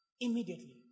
immediately